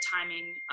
timing